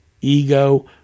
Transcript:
ego